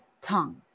tongue